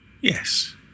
Yes